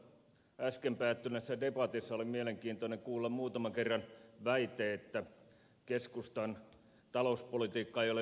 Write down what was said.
tuossa äsken päättyneessä debatissa oli mielenkiintoista kuulla muutaman kerran väite että keskustan talouspolitiikka ei ole vastuullista